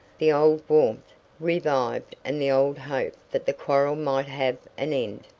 the old warmth revived and the old hope that the quarrel might have an end.